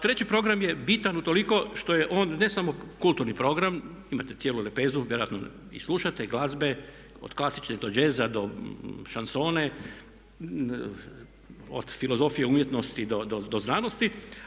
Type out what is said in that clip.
Treći program je bitan utoliko što je on ne samo kulturni program, imate cijelu lepezu, vjerojatno i slušate glazbe od klasične do jazza, do šansone, od filozofije umjetnosti do znanosti.